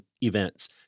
events